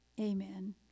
Amen